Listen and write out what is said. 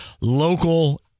local